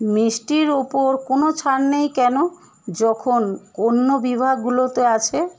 মিষ্টির ওপর কোনও ছাড় নেই কেন যখন অন্য বিভাগগুলোতে আছে